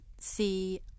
see